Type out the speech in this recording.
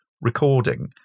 recording